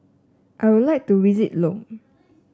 I would like to visit Lome